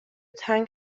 تنگ